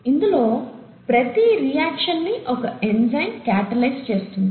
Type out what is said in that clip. ఇందులో ప్రతి రియాక్షన్ ని ఒక ఎంజైమ్ కాటలైస్ చేస్తుంది